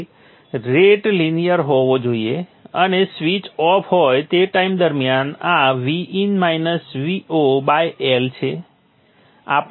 તેથી rate linear હોવો જોઈએ અને સ્વીચ ઓફ હોય તે ટાઈમ દરમિયાન આ L છે